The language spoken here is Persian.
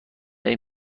این